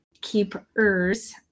keepers